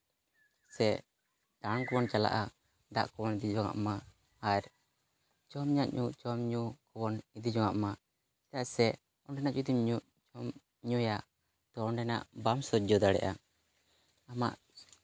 ᱥᱮ ᱫᱟᱬᱟᱱ ᱠᱚᱵᱚᱱ ᱪᱟᱞᱟᱜᱼᱟ ᱫᱟᱜ ᱠᱚᱵᱚᱱ ᱤᱫᱤ ᱡᱚᱱᱟᱜ ᱢᱟ ᱟᱨ ᱡᱚᱢᱟᱜᱧᱩ ᱡᱚᱢ ᱧᱩ ᱵᱚᱱ ᱤᱫᱤ ᱡᱚᱱᱟᱜ ᱢᱟ ᱪᱮᱫᱟᱜ ᱥᱮ ᱚᱸᱰᱮᱱᱟᱜ ᱡᱩᱫᱤᱢ ᱡᱚᱢ ᱧᱩᱭᱟ ᱛᱚ ᱚᱸᱰᱮᱱᱟᱜ ᱵᱟᱢ ᱥᱳᱡᱽᱡᱚ ᱫᱟᱲᱮᱭᱟᱜᱼᱟ ᱟᱢᱟᱜ